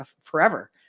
forever